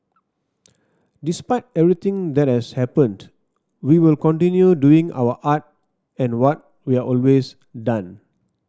despite everything that has happened we will continue doing our art and what we've always done